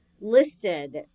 listed